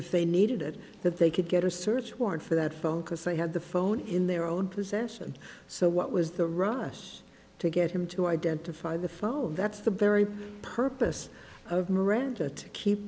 if they needed it that they could get a search warrant for that phone because they had the phone in their own possession so what was the russe to get him to identify the phone that's the very purpose of miranda to keep